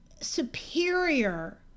superior